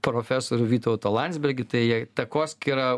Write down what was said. profesorių vytautą landsbergį tai jie takoskyra